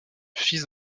fils